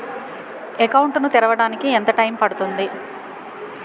Account ను తెరవడానికి ఎంత టైమ్ పడుతుంది?